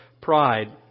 pride